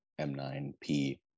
M9P